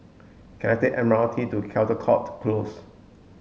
can I take the M R T to Caldecott Close